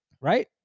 right